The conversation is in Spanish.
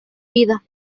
vida